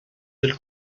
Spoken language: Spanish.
del